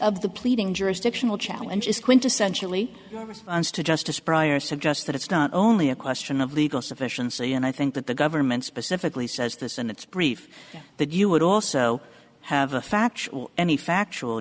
of the pleading jurisdictional challenges quintessentially a response to justice prior suggests that it's not only a question of legal sufficiency and i think that the government specifically says this in its brief that you would also have a factual any factual